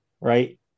right